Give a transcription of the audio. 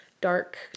dark